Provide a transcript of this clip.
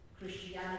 Christianity